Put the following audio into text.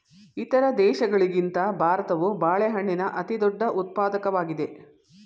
ಇತರ ದೇಶಗಳಿಗಿಂತ ಭಾರತವು ಬಾಳೆಹಣ್ಣಿನ ಅತಿದೊಡ್ಡ ಉತ್ಪಾದಕವಾಗಿದೆ